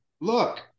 Look